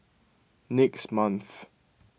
next month